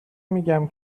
میگم